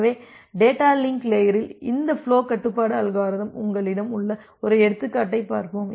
எனவே data link லேயரில் இந்த ஃபுலோ கட்டுப்பாட்டு அல்காரிதம் உங்களிடம் உள்ள ஒரு எடுத்துக்காட்டைப் பார்ப்போம்